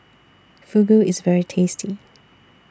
Fugu IS very tasty